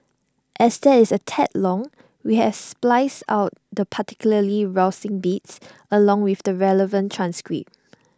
as that is A tad long we has spliced out the particularly rousing bits along with the relevant transcript